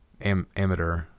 Amateur